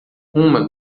uma